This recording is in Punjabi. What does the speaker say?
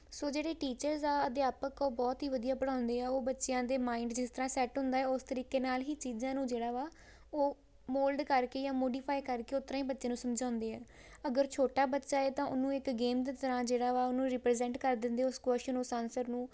ਸੋ ਜਿਹੜੇ ਟੀਚਰਸ ਆ ਅਧਿਆਪਕ ਉਹ ਬਹੁਤ ਹੀ ਵਧੀਆ ਪੜ੍ਹਾਉਂਦੇ ਆ ਉਹ ਬੱਚਿਆਂ ਦੇ ਮਾਇੰਡ ਜਿਸ ਤਰ੍ਹਾਂ ਸੈੱਟ ਹੁੰਦਾ ਉਸ ਤਰੀਕੇ ਨਾਲ ਹੀ ਚੀਜ਼ਾਂ ਨੂੰ ਜਿਹੜਾ ਵਾ ਉਹ ਮੋਲਡ ਕਰਕੇ ਜਾਂ ਮੋਡੀਫਾਈ ਕਰਕੇ ਉਸ ਤਰ੍ਹਾਂ ਹੀ ਬੱਚੇ ਨੂੰ ਸਮਝਾਉਂਦੇ ਆ ਅਗਰ ਛੋਟਾ ਬੱਚਾ ਹੈ ਤਾਂ ਉਹਨੂੰ ਇੱਕ ਗੇਮ ਦੀ ਤਰ੍ਹਾਂ ਜਿਹੜਾ ਵਾ ਉਹਨੂੰ ਰਿਪ੍ਰੇਜ਼ੈਂਟ ਕਰ ਦਿੰਦੇ ਉਸ ਕਵਸ਼ਚਨ ਉਸ ਆਂਸਰ ਨੂੰ